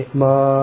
ma